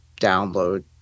download